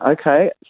okay